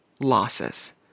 losses